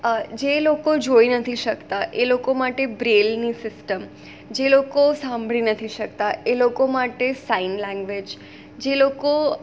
જે લોકો જોઈ નથી શકતા એ લોકો માટે બ્રેલની સિસ્ટમ જે લોકો સાંભળી નથી શકતા એ લોકો માટે સાઈન લેંગ્વેજ જે લોકો